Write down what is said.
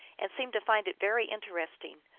and seemed to find it very interesting,